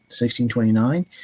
1629